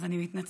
אז אני מתנצלת.